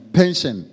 pension